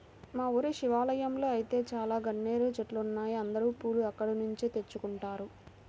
మా ఊరి శివాలయంలో ఐతే చాలా గన్నేరు చెట్లున్నాయ్, అందరూ పూలు అక్కడ్నుంచే తెచ్చుకుంటారు